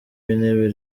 w’intebe